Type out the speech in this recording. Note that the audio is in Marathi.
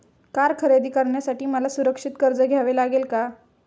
कार खरेदी करण्यासाठी मला सुरक्षित कर्ज घ्यावे लागेल का?